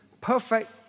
perfect